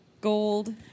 gold